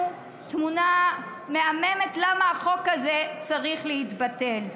תמונה מהממת של למה החוק הזה צריך להתבטל.